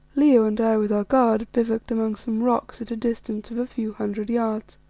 leo and i with our guard bivouacked among some rocks at a distance of a few hundred yards.